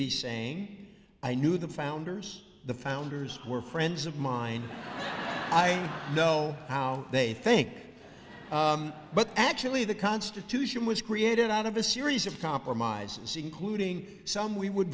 be saying i knew the founders the founders were friends of mine i know how they think but actually the constitution was created out of a series of compromises including some we would